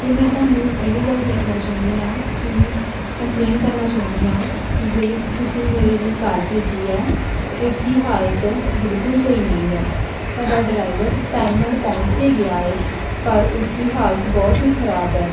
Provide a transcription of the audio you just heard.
ਅਤੇ ਮੈਂ ਤੁਹਾਨੂੰ ਇਹ ਗੱਲ ਦੱਸਣਾ ਚਾਹੁੰਦੀ ਹਾਂ ਕਿ ਕੰਪਲੇਂਨ ਕਰਨਾ ਚਾਹੁੰਦੀ ਹਾਂ ਕਿ ਜਿਹੜੀ ਤੁਸੀਂ ਮੇਰੇ ਲਈ ਕਾਰ ਭੇਜੀ ਹੈ ਉਸ ਦੀ ਹਾਲਤ ਬਿਲਕੁਲ ਸਹੀ ਨਹੀਂ ਹੈ ਤੁਹਾਡਾ ਡਰਾਈਵਰ ਟਾਈਮ ਨਾਲ ਪਹੁੰਚ ਤਾਂ ਗਿਆ ਹੈ ਪਰ ਉਸਦੀ ਹਾਲਤ ਬਹੁਤ ਹੀ ਖਰਾਬ ਹੈ